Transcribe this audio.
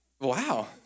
Wow